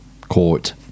court